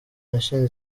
yashinze